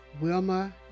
Wilma